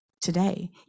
today